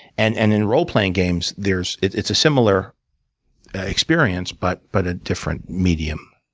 and and in roleplaying games, there's it's a similar experience, but but a different medium.